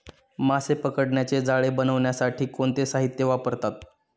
मासे पकडण्याचे जाळे बनवण्यासाठी कोणते साहीत्य वापरतात?